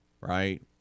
right